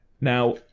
Now